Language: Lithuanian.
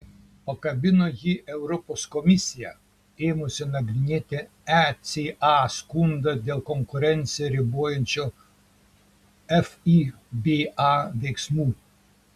pakabino jį europos komisija ėmusi nagrinėti eca skundą dėl konkurenciją ribojančių fiba veiksmų